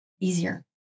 easier